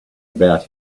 about